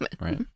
Right